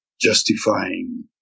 justifying